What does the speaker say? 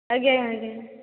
ଆଜ୍ଞା ଆଜ୍ଞା